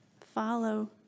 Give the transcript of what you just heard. follow